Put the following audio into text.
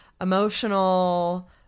emotional